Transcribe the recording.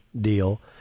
deal